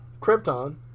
Krypton